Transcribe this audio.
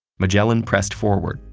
magellan pressed forward,